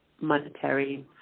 monetary